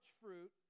fruit